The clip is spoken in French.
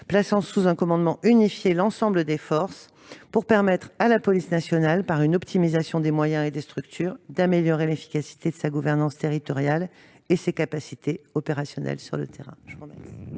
plaçant sous un commandement unifié l'ensemble des forces permettra à la police nationale, par une optimisation des moyens et des structures, d'améliorer l'efficacité de sa gouvernance territoriale et ses capacités opérationnelles sur le terrain.